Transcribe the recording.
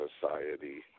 society